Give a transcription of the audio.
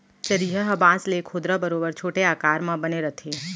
चरिहा ह बांस ले खोदरा बरोबर छोटे आकार म बने रथे